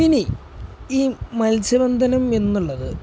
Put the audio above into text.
ഇനി ഈ മത്സ്യബന്ധനമെന്നുള്ളത്